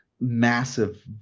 massive